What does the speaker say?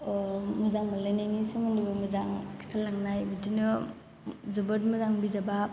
मोजां मोनलायनायनि सोमोन्दैबो मोजां खिन्थालांनाय बिदिनो जोबोर मोजां बिजाबा